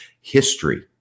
history